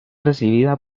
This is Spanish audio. recibida